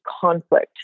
conflict